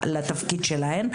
לתפקיד שלהן.